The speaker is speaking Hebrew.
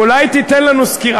אולי תיתן לנו סקירה.